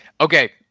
okay